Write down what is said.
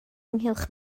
ynghylch